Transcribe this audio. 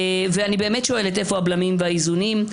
אני באמת שואלת איפה הבלמים והאיזונים?